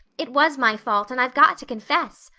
it was my fault and i've got to confess.